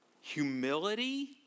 humility